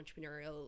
entrepreneurial